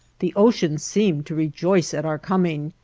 the ocean seemed to rejoice at our coming,